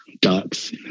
Ducks